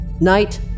Knight